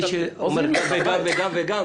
מי שאומר גם וגם וגם,